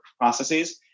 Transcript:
processes